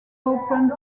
open